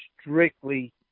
strictly